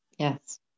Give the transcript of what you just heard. Yes